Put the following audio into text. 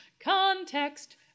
context